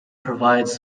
provides